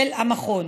של המכון.